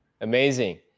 Amazing